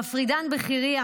המפרידן בחירייה,